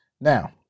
Now